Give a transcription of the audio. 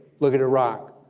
look at iraq.